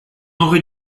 aurait